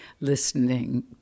listening